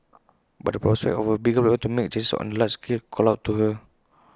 but the prospect of A bigger platform to make changes on A larger scale called out to her